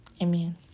amen